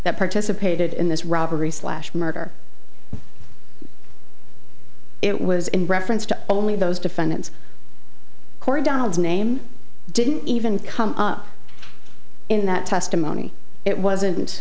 that participated in this robbery slash murder it was in reference to only those defendants donald's name didn't even come up in that testimony it wasn't